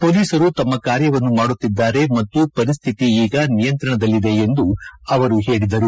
ಪೊಲೀಸರು ತಮ್ಮ ಕಾರ್ಯವನ್ನು ಮಾಡುತ್ತಿದ್ದಾರೆ ಮತ್ತು ಪರಿಸ್ತಿತಿ ಈಗ ನಿಯಂತ್ರಣದಲ್ಲಿದೆ ಎಂದು ಅವರು ಹೇಳಿದರು